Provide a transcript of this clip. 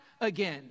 again